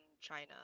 China